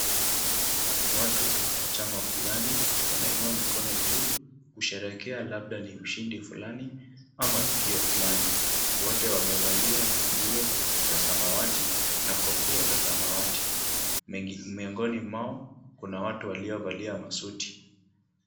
Watu wa chama fulani wanainua mikono juu kusherehekea labda ni ushindi fulani ama tukio fulani. Wote wamevalia nguo za samawati na kofia za samawati. Miongoni mwao kuna watu waliovalia masuti.